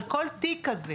נלחמות על כל תיק כזה,